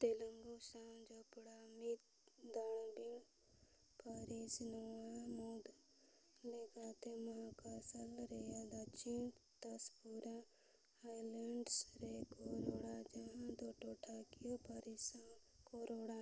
ᱛᱮᱞᱮᱜᱩ ᱥᱟᱶ ᱡᱚᱯᱲᱟᱣ ᱢᱤᱫ ᱫᱨᱟᱵᱤᱲᱟᱹᱣ ᱯᱟᱹᱨᱥᱤ ᱱᱚᱣᱟ ᱢᱩᱲᱩᱫ ᱞᱮᱠᱟᱛᱮ ᱢᱚᱦᱟᱠᱚᱥᱞᱟ ᱨᱮᱱᱟᱜ ᱫᱚᱠᱠᱷᱤᱱ ᱥᱚᱛᱯᱩᱨᱟ ᱦᱟᱭᱞᱮᱱᱰᱥ ᱨᱮᱠᱚ ᱨᱚᱲᱟ ᱡᱟᱦᱟᱸ ᱫᱚ ᱴᱚᱴᱷᱟᱠᱤᱭᱟᱹ ᱯᱟᱹᱨᱥᱤ ᱥᱟᱶ ᱠᱚ ᱨᱚᱲᱟ